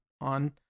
on